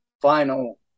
final